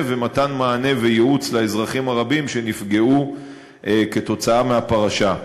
ובמתן מענה וייעוץ לאזרחים הרבים שנפגעו כתוצאה מהפרשה.